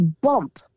bump